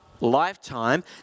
lifetime